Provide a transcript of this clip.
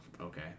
okay